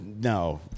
No